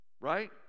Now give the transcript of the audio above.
Right